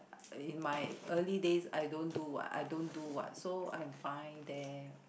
in my early days I don't do what I don't do what so I'm fine there